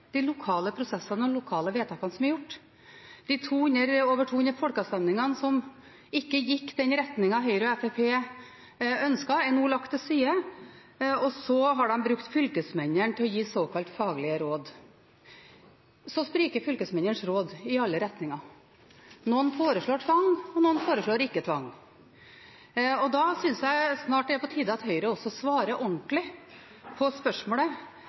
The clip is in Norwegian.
de lokale prosessene og de lokale vedtakene som er gjort. De over 200 folkeavstemningene som ikke gikk i den retningen Høyre og Fremskrittspartiet ønsket, er nå lagt til side, og de har brukt fylkesmennene til å gi såkalt faglige råd. Så spriker fylkesmennenes råd i alle retninger. Noen foreslår tvang, og noen foreslår ikke tvang. Da synes jeg snart det er på tide at Høyre svarer ordentlig på spørsmålet